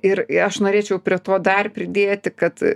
ir aš norėčiau prie to dar pridėti kad